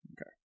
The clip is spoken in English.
Okay